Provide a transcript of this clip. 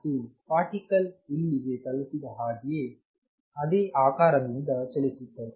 ಮತ್ತು ಪಾರ್ಟಿಕಲ್ ಇಲ್ಲಿಗೆ ತಲುಪಿದ ಹಾಗೆಯೇ ಅದೇ ಆಕಾರದಿಂದ ಚಲಿಸುತ್ತದೆ